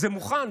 זה מוכן.